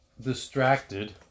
distracted